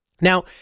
Now